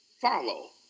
follow